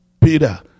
Peter